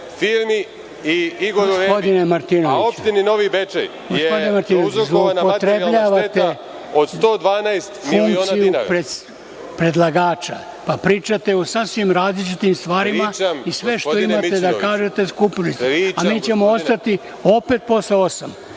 Gospodine Martinoviću, zloupotrebljavate funkciju predlagača. Pričate o sasvim različitim stvarima i sve što imate da kažete skupili ste, a mi ćemo ostati opet posle osam,